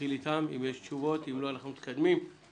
התרבות והספורט של הכנסת בנושא הצעת תקנות הסעה בטיחותית